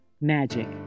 Magic